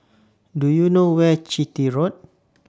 Do YOU know Where Chitty Road